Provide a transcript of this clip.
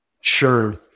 Sure